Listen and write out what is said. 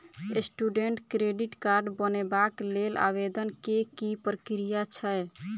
Student credit card बनेबाक लेल आवेदन केँ की प्रक्रिया छै?